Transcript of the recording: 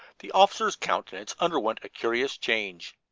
the officer's countenance underwent a curious change.